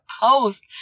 post